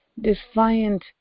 defiant